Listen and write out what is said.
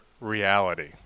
reality